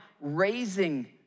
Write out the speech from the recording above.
raising